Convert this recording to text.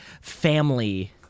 family